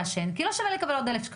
כי לא שווה לו לקבל קנס.